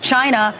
China